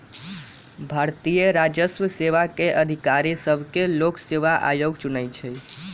भारतीय राजस्व सेवा के अधिकारि सभके लोक सेवा आयोग चुनइ छइ